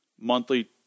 monthly